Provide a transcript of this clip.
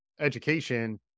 education